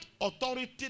authority